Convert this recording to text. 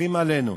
משקיפים עלינו,